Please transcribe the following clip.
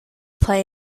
play